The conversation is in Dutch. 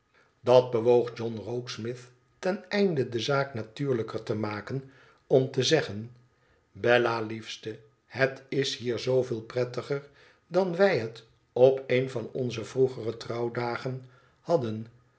dat bewoog john rokesmith ten einde de zaak natuurlijker te maken om te zeggen bella liefste het is hier zooveel prettiger dan wij het op een van onze vroegere trouwdagen hadden